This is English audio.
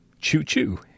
choo-choo